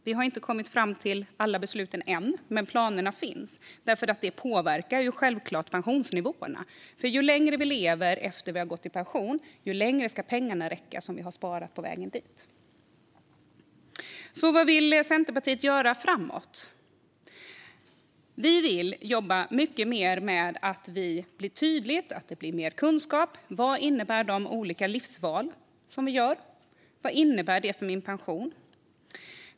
Vi har inte kommit fram till alla beslut än, men planerna finns. Detta påverkar självklart pensionsnivåerna. Ju längre vi lever efter att vi gått i pension, desto längre ska ju de pengar vi har sparat på vägen dit räcka. Vad vill då Centerpartiet göra framåt? Vi vill jobba mycket mer med att det blir tydligt och kunskapen ökar om vad de olika livsval vi gör innebär för vår pension.